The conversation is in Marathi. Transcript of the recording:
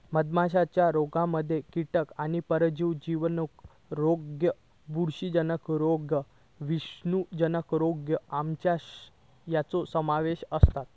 मधमाशीच्या रोगांमध्ये कीटक आणि परजीवी जिवाणू रोग बुरशीजन्य रोग विषाणूजन्य रोग आमांश यांचो समावेश असता